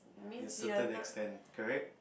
to a certain extent correct